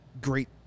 great